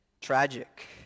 tragic